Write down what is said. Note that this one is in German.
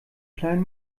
klein